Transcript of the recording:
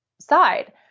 side